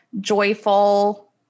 joyful